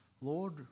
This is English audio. Lord